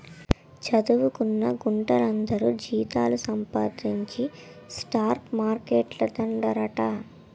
చదువుకొన్న గుంట్లందరూ జీతాలు సంపాదించి స్టాక్ మార్కెట్లేడతండ్రట